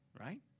right